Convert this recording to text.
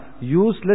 useless